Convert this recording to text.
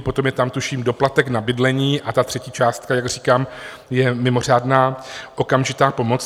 Potom je tam, tuším, doplatek na bydlení, a ta třetí částka, jak říkám, je mimořádná okamžitá pomoc.